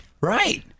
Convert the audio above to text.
right